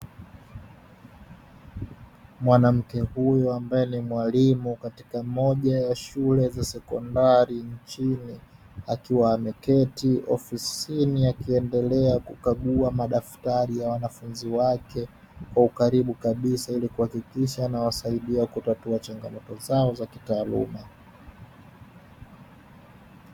Mwanamke huyu ambaye ni mwalimu katika moja ya shule za sekondari nchini, akiwa ameketi ofisini akiendelea kukagua madaftari ya wanafunzi wake kwa ukaribu kabisa, ili kuhakikisha anawasaidia kutatua changamoto zao za kitaaluma.